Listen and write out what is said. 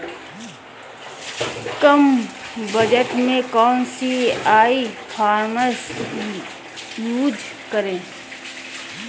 कम budget में कौन सी ई कॉमर्स यूज़ करें?